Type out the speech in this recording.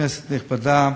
כנסת נכבדה,